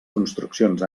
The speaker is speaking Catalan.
construccions